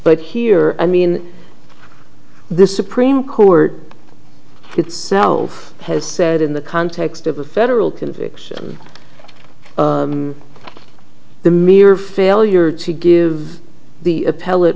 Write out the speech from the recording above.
but here i mean the supreme court itself has said in the context of a federal conviction the mere failure to give the appell